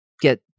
get